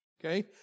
Okay